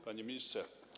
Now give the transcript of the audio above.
Panie Ministrze!